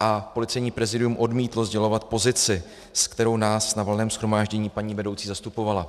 a Policejní prezídium odmítlo sdělovat pozici, se kterou nás na Valném shromáždění paní vedoucí zastupovala.